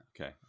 Okay